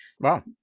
Wow